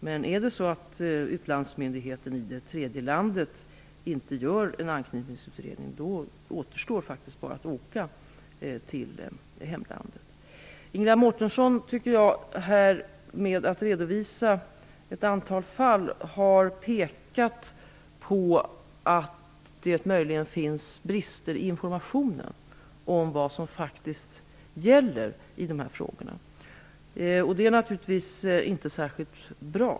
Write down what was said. Men om utlandsmyndigheten i det tredje landet inte gör en anknytningsutredning återstår faktiskt bara att åka tillbaka till hemlandet. Ingela Mårtensson redovisar ett antal fall som pekar på att det möjligen finns brister i informationen om vad som faktiskt gäller i de här frågorna. Det är naturligtvis inte särskilt bra.